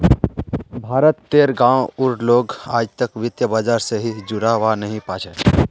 भारत तेर गांव उर लोग आजतक वित्त बाजार से सही से जुड़ा वा नहीं पा छे